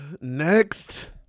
Next